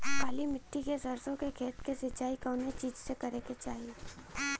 काली मिट्टी के सरसों के खेत क सिंचाई कवने चीज़से करेके चाही?